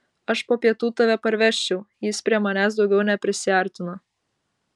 aš po pietų tave parvežčiau jis prie manęs daugiau neprisiartino